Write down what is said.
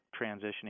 transitioning